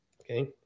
okay